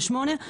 ל-8.